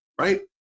right